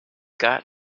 got